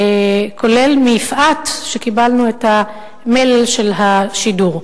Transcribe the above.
כולל מ"יפעת", שקיבלנו את המלל של השידור,